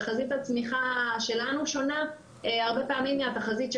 תחזית הצמיחה שלנו שונה הרבה פעמים מתחזית הצמיחה של